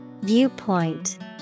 Viewpoint